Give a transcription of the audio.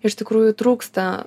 iš tikrųjų trūksta